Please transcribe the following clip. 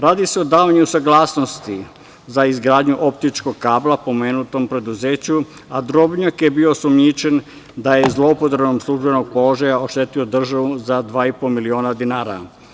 Radi se o davanju saglasnosti za izgradnju optičkog kabla pomenutom preduzeću, a Drobnjak je bio osumnjičen da je zloupotrebom službenom položaja oštetio državu za 2,5 miliona dinara.